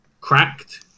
cracked